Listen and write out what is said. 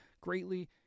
greatly